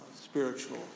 spiritual